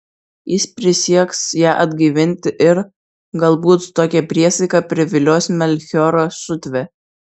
jis prisieks ją atgaivinti ir galbūt tokia priesaika privilios melchioro šutvę